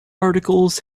articles